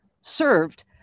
served